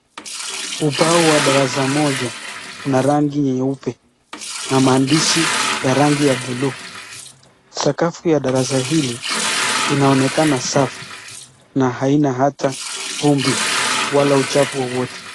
Uba wa darasa moja na rangi nyeupe na maandishi ya rangi ya buluu, sakafu ya darasa hili inaonekana safi na haina ata vumbi, wala uchafu wowote.